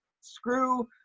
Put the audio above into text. screw